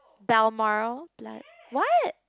Balmoral blood what